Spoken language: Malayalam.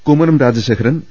കുമ്മനം രാജശേഖരൻ പി